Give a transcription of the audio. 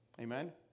Amen